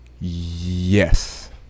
yes